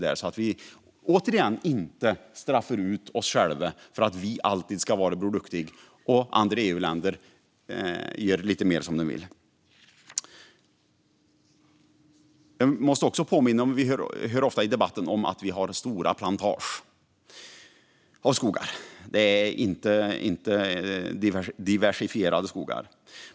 Vi ska - återigen - inte straffa ut oss själva, för att vi alltid ska vara Bror Duktig medan andra EU-länder gör lite mer som de vill. Jag måste också påminna om att vi i debatten ofta hör att vi har stora plantager av skogar, att skogarna inte är diversifierade.